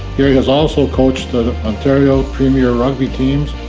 gary has also coached ah the ontario premier rugby teams,